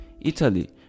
italy